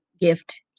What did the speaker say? gift